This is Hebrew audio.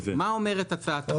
מה אומרת הצעת החוק?